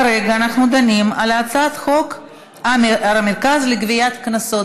כרגע אנחנו דנים על המרכז לגביית קנסות.